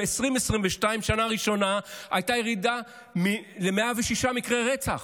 ב-2022, בשנה הראשונה הייתה ירידה ל-106 מקרי רצח.